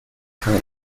town